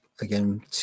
Again